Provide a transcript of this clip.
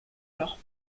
leur